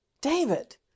David